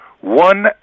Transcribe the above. one